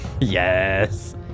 Yes